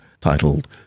titled